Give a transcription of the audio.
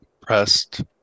Pressed